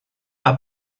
are